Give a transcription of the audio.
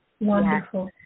Wonderful